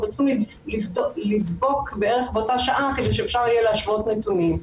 אבל צריכים לדבוק בערך באותה שעה כדי שאפשר יהיה להשוות נתונים.